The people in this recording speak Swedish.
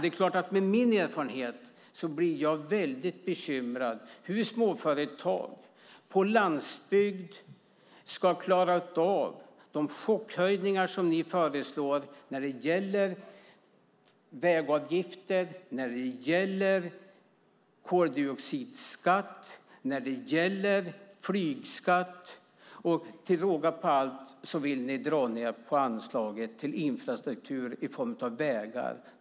Det är klart att jag med min erfarenhet blir väldigt bekymrad över hur småföretag på landsbygden ska klara av de chockhöjningar som ni föreslår när det gäller vägavgifter, koldioxidskatt och flygskatt. Till råga på allt vill ni dra ned på anslaget till infrastruktur i form av vägar.